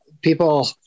people